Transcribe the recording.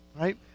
right